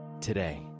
today